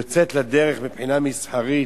יוצאת לדרך מבחינה מסחרית,